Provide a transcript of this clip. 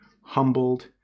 humbled